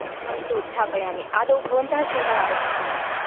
अस्तु उत्थापयामि आदौ भवन्तः शीघ्रम् आगच्छन्तु गृहम्